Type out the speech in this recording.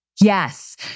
Yes